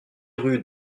rue